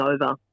over